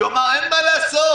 שאמר אין מה לעשות,